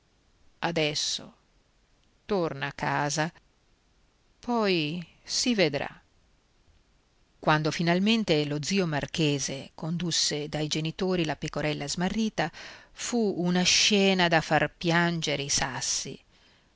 adesso torna a casa poi si vedrà quando finalmente lo zio marchese condusse dai genitori la pecorella smarrita fu una scena da far piangere i sassi